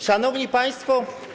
Szanowni Państwo!